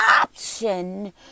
option